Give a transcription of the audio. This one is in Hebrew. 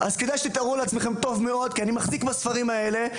כדאי שתתארו לכם טוב מאוד כי אני מחזיק בספרים האלה.